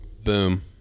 Boom